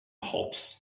hops